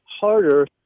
harder